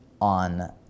on